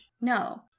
No